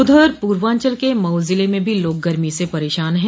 उधर पूर्वांचल के मऊ ज़िले में भी लोग गर्मी से परेशान है